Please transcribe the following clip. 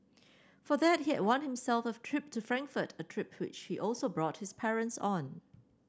for that he had won himself a trip to Frankfurt a trip which she also brought his parents on